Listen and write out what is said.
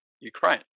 Ukraine